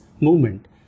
movement